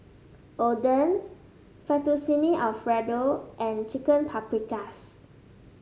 Oden Fettuccine Alfredo and Chicken Paprikas